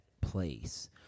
place